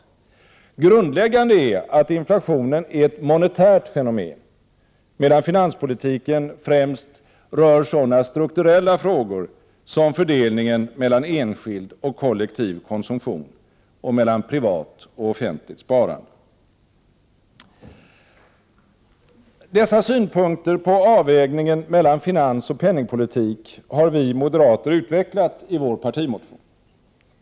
Grundläggande är att inflationen är ett monetärt fenomen, medan finanspolitiken främst rör sådana strukturella frågor som fördelningen mellan enskild och kollektiv konsumtion och mellan privat och offentligt sparande. Dessa synpunkter på avvägningen mellan finansoch penningpolitik har vi moderater utvecklat i vår partimotion.